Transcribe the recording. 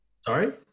Sorry